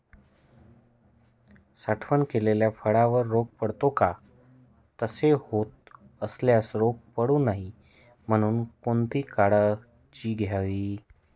साठवण केलेल्या फळावर रोग पडतो का? तसे होत असल्यास रोग पडू नये म्हणून कोणती काळजी घ्यावी?